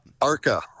Arca